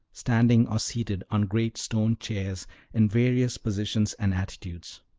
standing or seated on great stone chairs in various positions and attitudes.